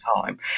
time